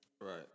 right